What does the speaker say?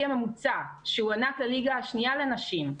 הממוצע שהוענק לליגה השנייה לנשים,